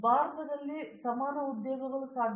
ಇಂದು ಭಾರತದಲ್ಲಿ ಸಮಾನ ಉದ್ಯೋಗಗಳು ಸಾಧ್ಯ